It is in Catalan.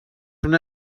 una